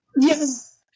Yes